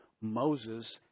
Moses